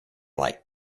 like